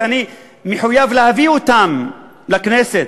שאני מחויב להביא אותם לכנסת.